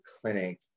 Clinic